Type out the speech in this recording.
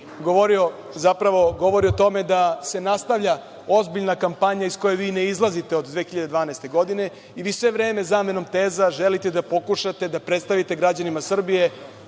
govori o tome da se nastavlja ozbiljna kampanja iz koje vi ne izlazite od 2012. godine. I vi sve vreme zamenom teza želite da pokušate da predstavite građanima Srbije